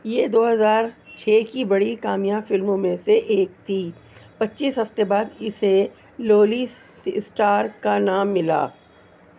یہ دو ہزار چھ کی بڑی کامیاب فلموں میں سے ایک تھی پچیس ہفتے بعد اسے لولی اسٹار کا نام ملا